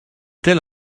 tel